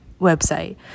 website